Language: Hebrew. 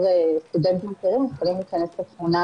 בתור סטודנטים יכולים לשנות את התמונה